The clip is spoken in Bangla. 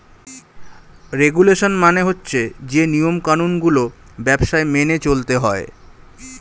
রেগুলেশন মানে হচ্ছে যে নিয়ম কানুন গুলো ব্যবসায় মেনে চলতে হয়